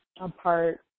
apart